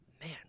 Man